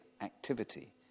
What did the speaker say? activity